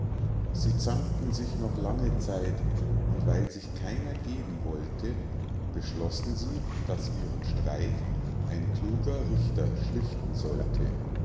sie zankten sich noch lange zeit und weil sich keiner geben wollte beschlossen sie daß ihren streit ein kluger richter schlichten sollte